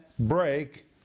break